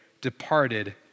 departed